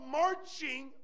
marching